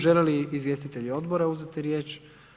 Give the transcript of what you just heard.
Žele li izvjestitelji odbora uzeti riječ?